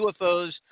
UFOs